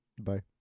Bye